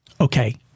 Okay